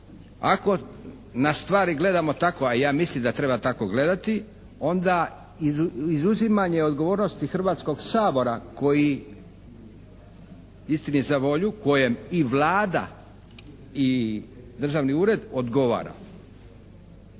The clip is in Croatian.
Ako na stvari gledamo tako a ja mislim da treba tako gledati onda izuzimanje odgovornosti Hrvatskoga sabora koji istini za volju kojem i Vlada i državni ured odgovara